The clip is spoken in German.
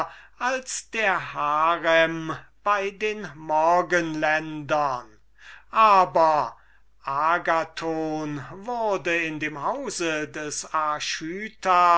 als der harem bei den morgenländern aber agathon wurde in dem hause des